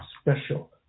special